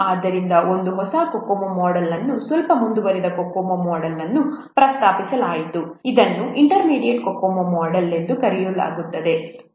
ಆದ್ದರಿಂದ ಒಂದು ಹೊಸ COCOMO ಮೊಡೆಲ್ ಸ್ವಲ್ಪ ಮುಂದುವರಿದ COCOMO ಮೊಡೆಲ್ ಅನ್ನು ಪ್ರಸ್ತಾಪಿಸಲಾಯಿತು ಇದನ್ನು ಇಂಟರ್ಮೀಡಿಯೇಟ್ COCOMO ಮೊಡೆಲ್ ಎಂದು ಕರೆಯಲಾಗುತ್ತದೆ